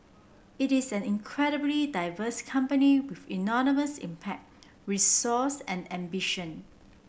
it is an incredibly diverse company with enormous impact resource and ambition